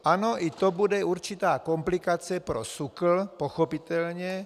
Ano, i to bude určitá komplikace pro SÚKL pochopitelně.